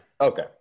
Okay